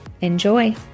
Enjoy